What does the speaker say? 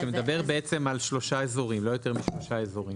שמדבר כרגע על לא יותר משלושה אזורים.